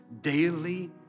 daily